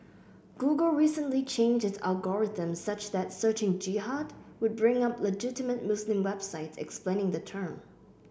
google recently changed its algorithms such that searching Jihad would bring up legitimate Muslim websites explaining the term